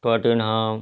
Tottenham